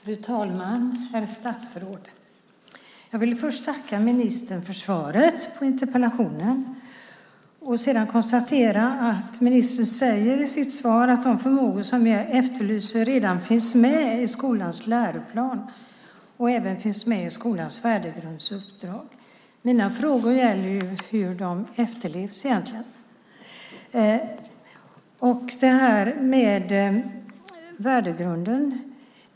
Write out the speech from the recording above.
Fru talman och herr statsråd! Jag vill först tacka ministern för svaret på interpellationen. Sedan konstaterar jag att ministern sade i sitt svar att de förmågor som jag efterlyser redan finns med i skolans läroplan och i skolans värdegrundsuppdrag. Mina frågor gäller hur dessa efterlevs. Först har vi frågan om värdegrunden.